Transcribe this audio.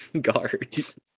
guards